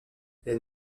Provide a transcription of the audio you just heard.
elle